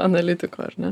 analitiko ar ne